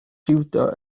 jiwdo